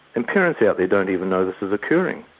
and parents out there don't even know this is occurring.